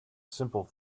simple